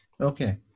Okay